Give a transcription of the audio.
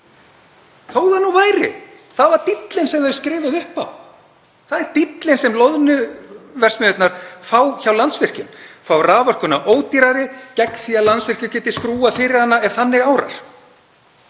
Þó það nú væri. Það var díllinn sem þau skrifuðu upp á. Það er díllinn sem loðnuverksmiðjurnar fá hjá Landsvirkjun, fá raforkuna ódýrari gegn því að Landsvirkjun geti skrúfað fyrir hana ef þannig árar.